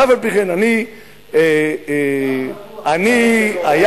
ואף-על-פי-כן, אני, אתם בטוח אתה חי בשלום.